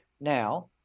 now